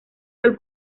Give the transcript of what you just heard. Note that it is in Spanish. del